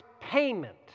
payment